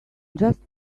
just